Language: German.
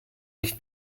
nicht